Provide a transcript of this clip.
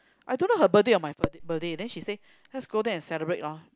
I don't know her birthday or my birthday birthday then she say let's go there and celebrate lor